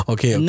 Okay